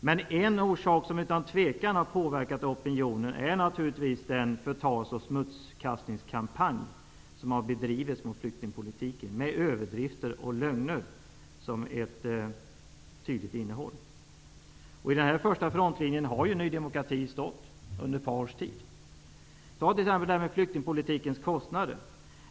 Men en orsak som utan tvivel har påverkat opinionen är naturligtvis den förtals och smutskastningskampanj som har bedrivits mot flyktingpolitiken med hjälp av tydliga överdrifter och lögner. I första frontlinjen har Ny demokrati stått under ett par års tid. Ta t.ex. det där med flyktingpolitikens kostnader.